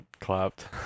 clapped